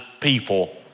people